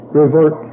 revert